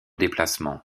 déplacement